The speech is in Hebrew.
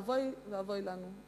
ואוי ואבוי לנו.